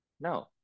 No